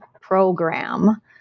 program